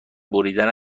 بریدن